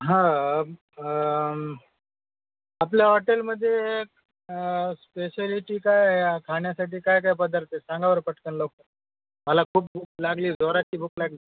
हा आपल्या हॉटेलमध्ये स्पेशलिटी काय खाण्यासाठी काय काय पदार्थ सार पटकन लोकं मला खूप भूक लागली जोराची भूक लागली